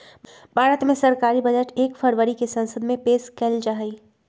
भारत मे सरकारी बजट एक फरवरी के संसद मे पेश कइल जाहई